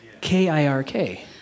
K-I-R-K